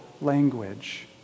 language